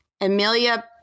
Amelia